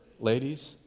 ladies